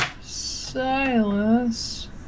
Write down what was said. Silas